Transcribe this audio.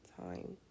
time